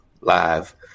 live